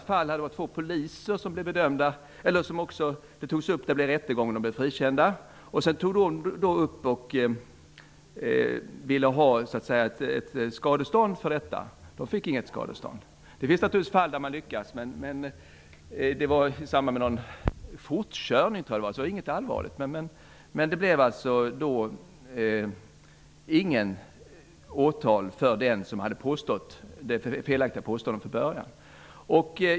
Jag tror att det var två poliser som beskylldes för fortkörning; det var alltså inte fråga om någonting allvarligt. Poliserna blev sedan frikända i en rättegång. De ville ha skadestånd för detta, men det fick de inte. Det blev inget åtal för den som från början hade kommit med det felaktiga påståendet. Men det finns naturligtvis fall där man har lyckats.